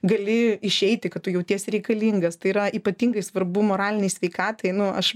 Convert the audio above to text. gali išeiti kad tu jautiesi reikalingas tai yra ypatingai svarbu moralinei sveikatai nu aš